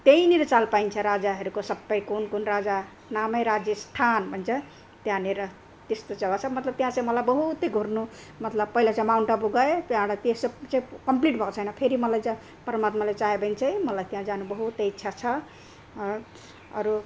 त्यहीँनिर चाल पाइन्छ राजाहरूको सबै कुन कुन राजा नामै राजस्थान भन्छ त्यहाँनिर त्यस्तो जग्गा छ मतलब त्यहाँ चाहिँ मलाई बहुतै घुर्नु मतलब पहिला चाहिँ माउन्ट आबु गए त्यहाँबाट त्यो सब चाहिँ कम्प्लिट भएको छैन फेरि मलाई परमात्माले चाह्यो भने चाहिँ मलाई त्यहाँ जानु बहुतै इच्छा छ अरू